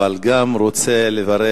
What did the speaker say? אבל אני גם רוצה לברך